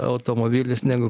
automobilis negu